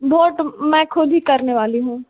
vote मैं ख़ुद ही करने वाली हूँ